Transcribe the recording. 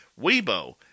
Weibo